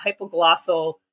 hypoglossal